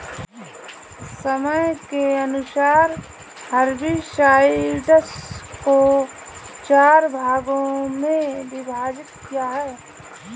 समय के अनुसार हर्बिसाइड्स को चार भागों मे विभाजित किया है